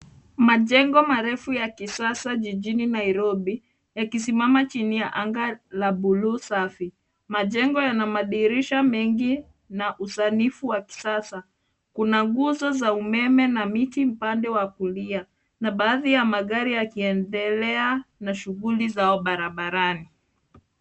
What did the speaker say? Majengo marefu ya kisasa jijini Nairobi, yakisimama chini ya anga la buluu safi. Majengo yana madirisha mengi na usanifu wa kisasa. Kuna nguzo za umeme na miti upande wa kulia, na baadhi ya magari yakiendelea na shuguli zao barabarani.